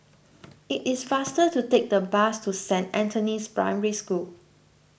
it is faster to take the bus to Saint Anthony's Primary School